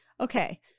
Okay